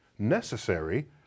Necessary